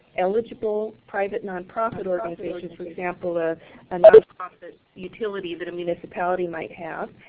eligible private nonprofit organizations, for example ah a nonprofit utility that a municipality might have,